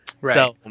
Right